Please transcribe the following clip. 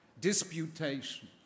Disputation